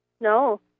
no